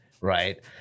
Right